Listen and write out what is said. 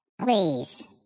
please